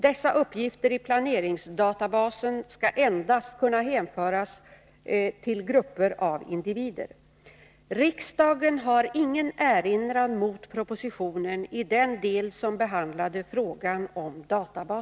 Dessa uppgifter i planeringsdatabasen skall endast kunna hänföras till grupper av individer.